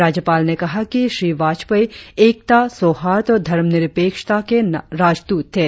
राज्यपाल ने कहा कि श्री वाजपेयी एकता सौहार्द और धर्मनिरपेक्षता के राजदूत थे